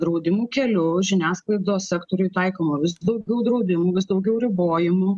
draudimų keliu žiniasklaidos sektoriui taikoma vis daugiau draudimų vis daugiau ribojimų